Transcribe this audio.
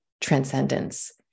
transcendence